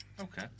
Okay